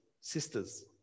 sisters